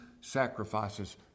sacrifices